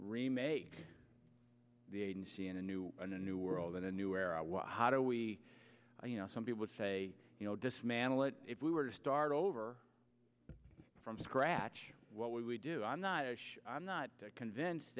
remake the agency in a new a new world in a new era was harder we you know some people say you know dismantle it if we were to start over from scratch what would we do i'm not i'm not convinced